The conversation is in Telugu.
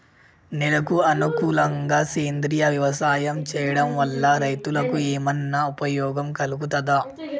నేలకు అనుకూలంగా సేంద్రీయ వ్యవసాయం చేయడం వల్ల రైతులకు ఏమన్నా ఉపయోగం కలుగుతదా?